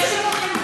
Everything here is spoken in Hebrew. למה?